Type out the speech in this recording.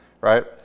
right